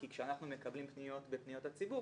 כי כשאנחנו מקבלים פניות בפניות הציבור,